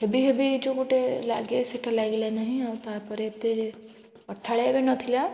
heavy heavy ଯେଉଁ ଗୋଟେ ଲାଗେ ସେଇଟା ଲାଗିଲା ନାହିଁ ଆଉ ତାପରେ ଏତେ ଅଠାଳିଆ ବି ନଥିଲା